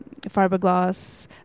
fiberglass